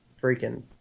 freaking